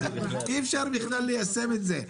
אי אפשר ליישם את זה בכלל.